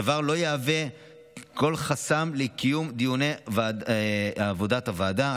הדבר לא יהווה כל חסם לקיום דיוני עבודת הוועדה,